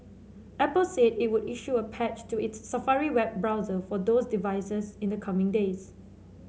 apple said it would issue a patch to its Safari web browser for those devices in the coming days